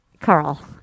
Carl